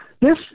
Yes